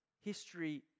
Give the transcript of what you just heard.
history